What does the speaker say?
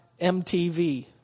MTV